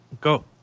Go